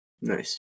nice